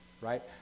right